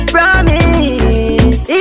Promise